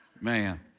Man